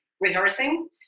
rehearsing